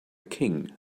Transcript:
king